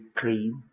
clean